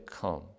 come